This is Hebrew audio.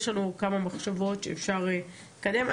יש לנו כמה מחשבות שאפשר לקדם.